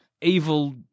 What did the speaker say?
evil